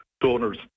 donors